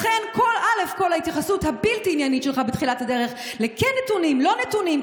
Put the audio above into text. לכן כל ההתייחסות הבלתי-עניינית שלך בתחילת הדרך ולכן נתונים-לא נתונים,